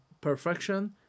perfection